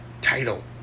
title